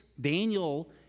Daniel